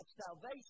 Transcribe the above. salvation